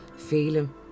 feeling